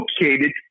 located